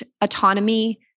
autonomy